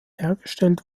hergestellt